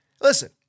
Listen